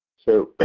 so,